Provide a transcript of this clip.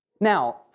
Now